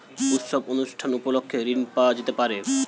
উৎসব অনুষ্ঠান উপলক্ষে ঋণ পাওয়া যেতে পারে?